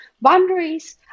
boundaries